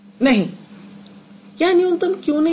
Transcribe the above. नहीं यह न्यूनतम क्यों नहीं है